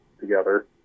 together